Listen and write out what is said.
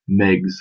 Megs